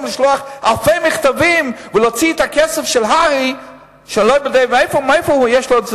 לשלוח אלפי מכתבים ולהוציא את הכסף של הר"י מאיפה יש לו?